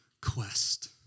quest